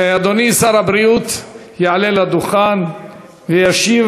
אדוני שר הבריאות יעלה לדוכן וישיב